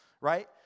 Right